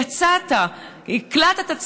יצאת, הקלטת את עצמך,